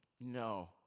No